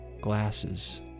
Glasses